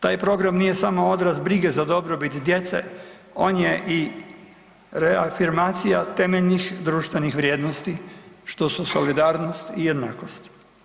Taj program nije samo odraz brige za dobrobit djece, on je i reafirmacija temeljnih društvenih vrijednosti, što su solidarnost i jednakost.